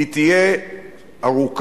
היא תהיה ארוכה,